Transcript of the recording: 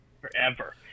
forever